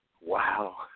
Wow